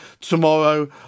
tomorrow